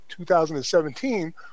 2017